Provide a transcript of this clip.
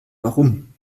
warum